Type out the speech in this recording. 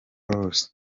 rose